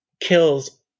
kills